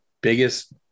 biggest